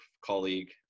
colleague